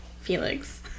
Felix